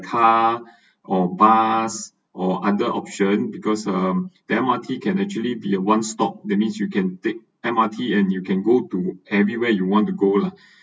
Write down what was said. car or bus or other option because um the M_R_T can actually be a one stop that means you can take M_R_T and you can go to everywhere you want to go lah